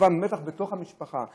בתוך המשפחה.